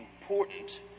important